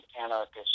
anarchist